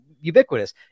ubiquitous